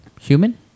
human